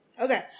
Okay